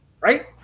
right